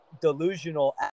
delusional